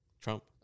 Trump